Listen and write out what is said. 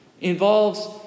involves